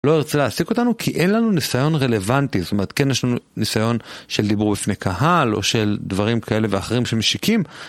לא ירצה להעסיק אותנו כי אין לנו ניסיון רלוונטי, זאת אומרת, כן יש לנו ניסיון של דיבור בפני קהל, או של דברים כאלה ואחרים שמשיקים.